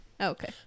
Okay